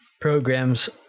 Programs